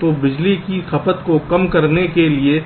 तो बिजली की खपत को कम करने के लिए